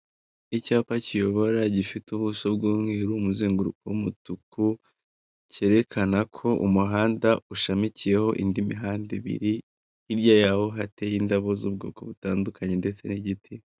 Icyapa kiyobora gifite ubuso bw'umweru umuzenguruko w'umutuku kerekana ko umuhanda ushamikiyeho indi mihanda ibiri, hirya yaho hateye indabo z'ubwoko butandukanye ndetse n'igiti.